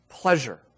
Pleasure